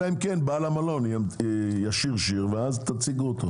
אלא אם כן בעל המלון ישיר שיר, ואז תציגו אותו.